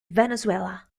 venezuela